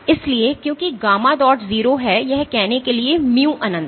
इसलिए क्योंकि gamma dot 0 है यह कहने के लिए mu अनंत है